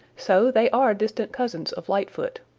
so they are distant cousins of lightfoot,